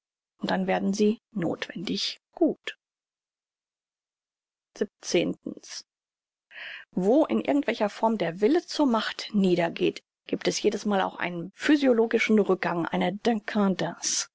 und dann werden sie nothwendig gut wo in irgend welcher form der wille zur macht niedergeht giebt es jedesmal auch einen physiologischen rückgang eine